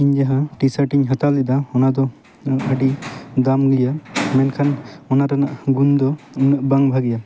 ᱤᱧ ᱡᱟᱦᱟᱸ ᱴᱤ ᱥᱟᱨᱴᱤᱧ ᱦᱟᱛᱟᱣ ᱞᱮᱫᱟ ᱚᱱᱟ ᱫᱚ ᱟᱹᱰᱤ ᱫᱟᱢ ᱜᱮᱭᱟ ᱢᱮᱱᱠᱷᱟᱱ ᱚᱱᱟ ᱨᱮᱱᱟᱜ ᱜᱩᱱ ᱫᱚ ᱩᱱᱟᱹᱜ ᱵᱟᱝ ᱵᱷᱟᱹᱜᱤᱭᱟ